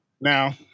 Now